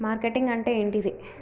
Marketing అంటే ఏంటిది?